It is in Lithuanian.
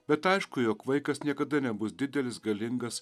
bet aišku jog vaikas niekada nebus didelis galingas